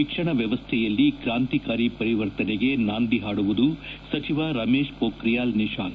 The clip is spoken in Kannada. ಶಿಕ್ಷಣ ವ್ಯವಸ್ಥೆಯಲ್ಲಿ ಕ್ರಾಂತಿಕಾರಿ ಪರಿವರ್ತನೆಗೆ ನಾಂದಿ ಪಾಡುವುದು ಸಚಿವ ರಮೇಶ್ ಪೋಖ್ರಿಯಾಲ್ ನಿಶಾಂಕ್